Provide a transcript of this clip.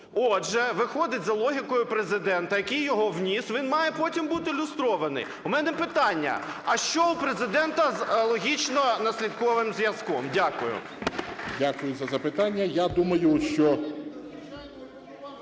Отже, виходить, за логікою Президента, який його вніс, він має потім бути люстрований. У мене питання: а що у Президента з логічно-наслідковим зв'язком? Дякую. 16:13:20 СТЕФАНЧУК Р.О. Дякую за запитання. Я думаю, що…